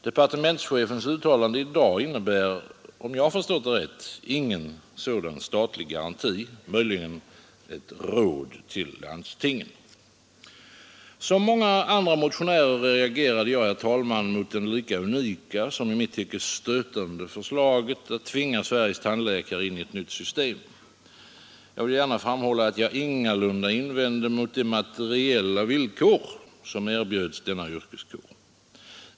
Departementschefens uttalande i dag innebär, om jag förstått det rätt, ingen sådan statlig garanti — möjligen ett råd till landstingen. Som många andra motionärer reagerade jag också mot det lika unika som stötande förslaget att tvinga Sveriges tandläkare in i ett nytt system. Jag vill gärna framhålla att jag ingalunda invände mot de materiella villkor som erbjuds denna yrkeskår.